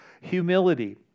humility